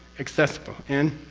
accessible and.